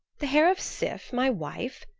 the hair of sif, my wife,